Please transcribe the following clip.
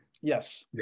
yes